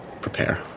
prepare